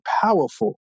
powerful